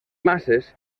masses